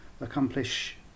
accomplish